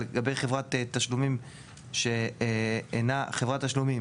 אבל לגבי חברת תשלומים שאינה חברת תשלומים